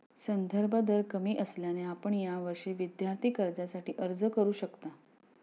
संदर्भ दर कमी असल्याने आपण यावर्षी विद्यार्थी कर्जासाठी अर्ज करू शकता